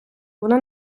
воно